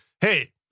Hey